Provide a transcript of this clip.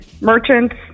merchants